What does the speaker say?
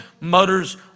mutters